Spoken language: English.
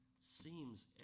seems